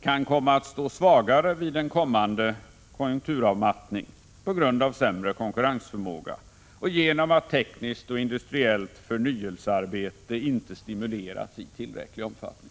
kan komma att stå svagare vid en kommande konjunkturavmattning på grund av sämre konkurrensförmåga och genom att tekniskt och industriellt förnyelsearbete inte stimulerats i tillräcklig omfattning.